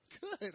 good